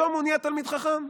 פתאום הוא נהיה תלמיד חכם.